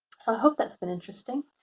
so i hope that's been interesting.